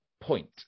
point